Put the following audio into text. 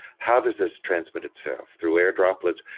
how does this transmit itself through air droplets?